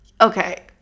okay